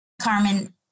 Carmen